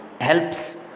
helps